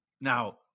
Now